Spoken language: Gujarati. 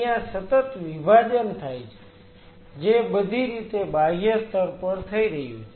ત્યાં સતત વિભાજન થાય છે જે બધી રીતે બાહ્ય સ્તર પર થઈ રહ્યું છે